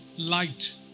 light